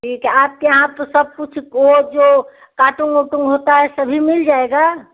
आपके यहाँ सब कुछ वह जो कार्टून ऊरटूँन होता है सभी मिल जाएगा